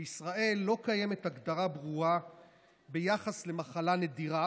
בישראל לא קיימת הגדרה ברורה ביחס למחלה נדירה